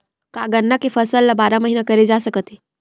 का गन्ना के फसल ल बारह महीन करे जा सकथे?